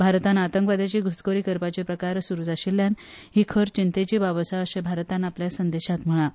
भारतान आतंकवाद्यांची घूसखोरी करपाचे प्रकार सुरूच आशिल्यान ही खर चिंतेची बाब आसा अशे भारतान आपल्या संदेशात म्हळा